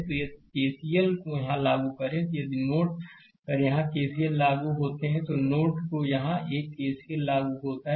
तो यदि केसीएल यहां लागू करें यदि नोड पर यहां केसीएल लागू होते हैं तो नोड को यहां एक केसीएल लागू करें